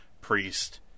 Priest